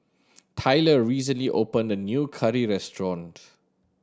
Tylor recently opened a new curry restaurant